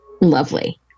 lovely